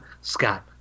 Scott